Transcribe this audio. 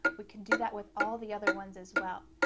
we can do that with all the other ones as well.